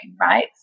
right